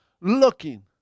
looking